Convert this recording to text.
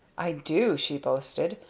i do! she boasted.